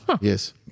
Yes